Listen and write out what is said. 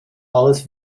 alles